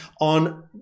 on